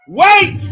wait